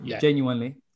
genuinely